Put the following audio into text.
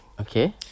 Okay